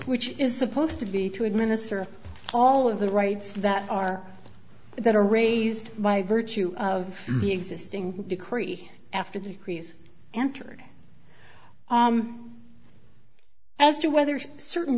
which is supposed to be to administer all of the rights that are that are raised by virtue of the existing decree after the crease entered as to whether certain